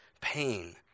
pain